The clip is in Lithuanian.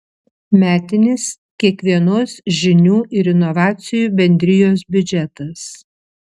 metinis kiekvienos žinių ir inovacijų bendrijos biudžetas